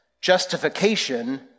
justification